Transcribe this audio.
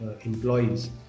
employees